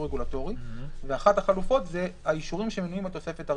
רגולטורי אחת החלופות זה האישורים שמנויים בתוספת הראשונה.